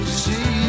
see